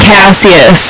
Cassius